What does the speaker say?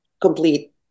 complete